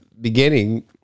beginning